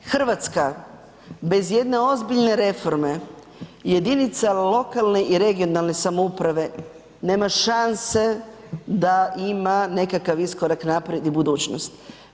Hrvatska bez jedne ozbiljne reforme jedinica lokalne i regionalne samouprave nema šanse da ima nekakav iskorak naprijed i budućnost.